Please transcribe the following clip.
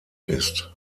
ist